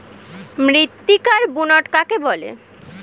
মৃত্তিকার বুনট কাকে বলে?